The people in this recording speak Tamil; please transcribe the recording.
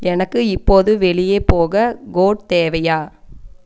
எனக்கு இப்போது வெளியே போக கோட் தேவையா